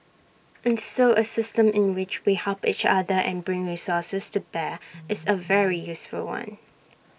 and so A system in which we help each other and bring resources to bear is A very useful one